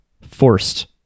forced